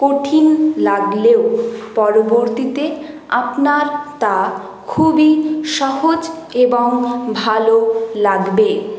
কঠিন লাগলেও পরবর্তীতে আপনার তা খুবই সহজ এবং ভালো লাগবে